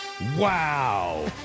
Wow